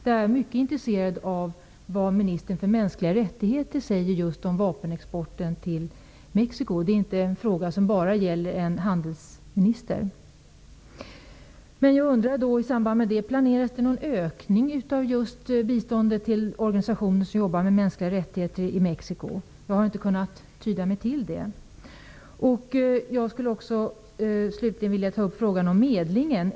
Jag är mycket intresserad av att höra vad ministern för mänskliga rättigheter har att säga just om vapenexporten till Mexico. Det är en fråga som inte gäller bara en handelsminister. Planeras det någon ökning av biståndet till organisationer som jobbar med mänskliga rättigheter i Mexico? Jag har inte kunnat tyda mig till det. Jag skulle slutligen vilja ta upp frågan om medling.